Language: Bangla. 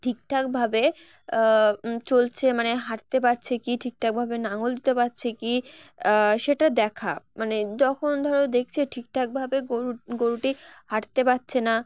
ঠিকঠাকভাবে চলছে মানে হাঁটতে পারছে কি ঠিক ঠাকভাবে লাঙল দিতে পারছে কি সেটা দেখা মানে যখন ধরো দেখছে ঠিক ঠাকভাবে গরু গরুটি হাঁটতে পারছে না